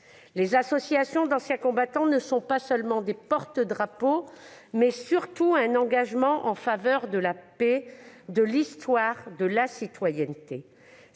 Les associations d'anciens combattants ne sont pas seulement des porte-drapeaux. Elles sont surtout engagées en faveur de la paix, de l'Histoire et de la citoyenneté.